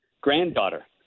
granddaughter